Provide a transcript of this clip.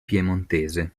piemontese